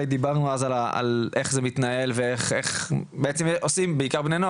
ודיברנו אז על איך זה מתנהל ואיך בעצם בעיקר בני נוער